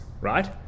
right